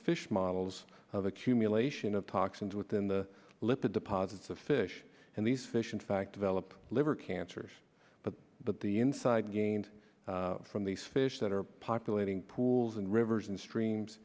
fish models of accumulation of toxins within the lip the deposits of fish and these fish in fact develop liver cancers but that the inside gained from these fish that are populating pools and rivers and streams